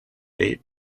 eight